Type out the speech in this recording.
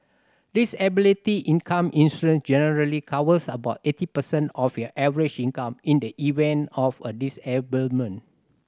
disability income insurance generally covers about eighty percent of your average income in the event of a disablement